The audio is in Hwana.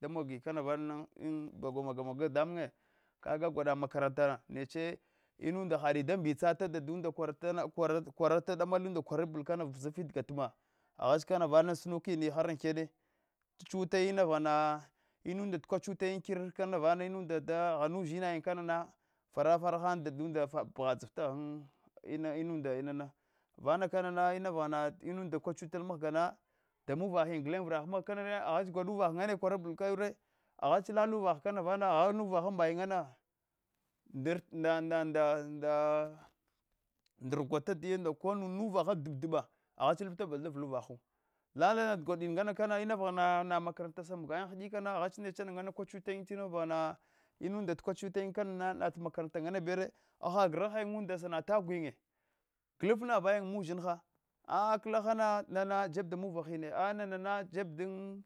da mogiyin kana vana baghla maga maga dadchunye kaga gulanda makarantana nache inunda hata da mbitsatu dadunda khuarata kama vzifti gatkama aghache kana vana an sunuka har ankena chawutai ina vaghabna inunda kwachatai inkir kana vana inubda da ghana uzhina yin kana fara fara han dafunda pgha dziva taghan inubda inana vana kanana iniva inunda kukchutai mghgana da muvah yin kana gulente vra han kanana aghche gulanda uvah ngane kwarabul kanure aghach lala uvah agha na uvaha mba yinye na dit nda nda nda konu na uvaha dada dabba aghach lab tabu da avla uvahu lalaf gwadinakana na ina va makara nta sa magagayin hidutana aghach necha na tel kwachutar vaghana inunga ta kwachutai kanana nat makaranta anabara hachad grahayin unda sanat gwitin glf navayin mubzhinha a klahana nana jeb da mulvahana nana jeb dan